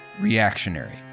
reactionary